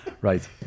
Right